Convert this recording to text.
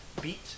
beat